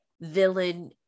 villain